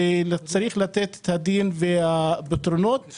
לכן צריך לתת את הדין ואת הפתרונות.